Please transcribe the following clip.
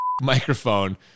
microphone